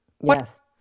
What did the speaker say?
Yes